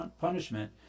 punishment